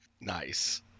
nice